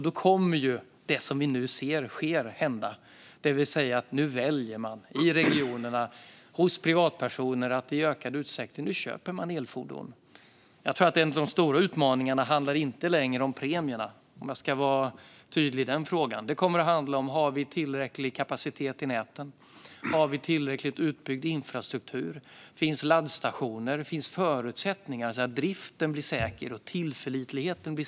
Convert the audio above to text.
Då kommer det vi nu ser sker att hända - nu väljer regionerna och privatpersoner i ökad utsträckning att köpa elfordon. Jag tror inte att de stora utmaningarna längre handlar om premierna, för att vara tydlig i den frågan. Det kommer i stället att handla om huruvida vi har tillräcklig kapacitet i näten och tillräckligt utbyggd infrastruktur, huruvida det finns laddstationer och huruvida det finns förutsättningar för att driften blir säker och tillförlitlig.